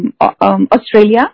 Australia